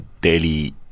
daily